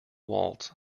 waltz